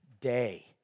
day